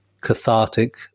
cathartic